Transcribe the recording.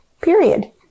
period